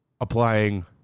applying